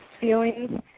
feelings